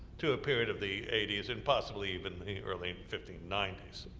to a period of the eighty s and possibly even the early fifteen ninety s.